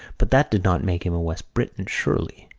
but that did not make him a west briton surely.